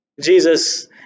Jesus